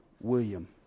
William